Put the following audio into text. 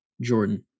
Jordan